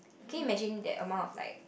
can you imagine that amount of like